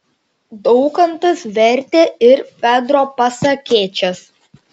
daukantas vertė ir fedro pasakėčias